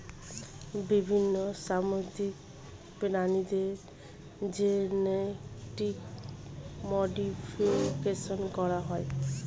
বিভিন্ন সামুদ্রিক প্রাণীদের জেনেটিক মডিফিকেশন করা হয়